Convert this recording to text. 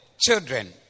children